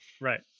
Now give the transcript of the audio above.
right